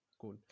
cool